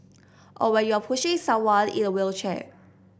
or when you're pushing someone in a wheelchair